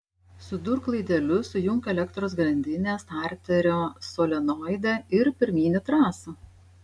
sudurk laidelius sujunk elektros grandinę starterio solenoide ir pirmyn į trasą